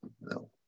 No